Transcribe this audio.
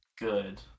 good